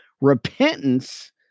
repentance